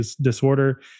disorder